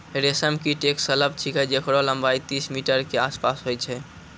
रेशम कीट एक सलभ छिकै जेकरो लम्बाई तीस मीटर के आसपास होय छै